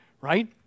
Right